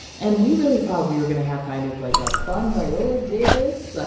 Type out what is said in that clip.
and we really thought we were going to have kind of like a fun viola davis, ah